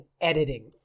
editing